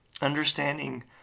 understanding